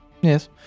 Yes